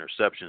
interceptions